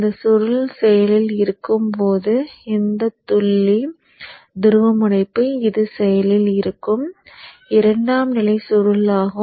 இந்த சுருள் செயலில் இருக்கும்போது இந்த புள்ளி துருவமுனைப்பு இது செயலில் இருக்கும் இரண்டாம் நிலை சுருள் ஆகும்